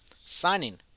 signing